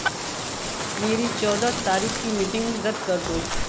मेरी चौदह तारीख़ की मीटिंग रद्द कर दो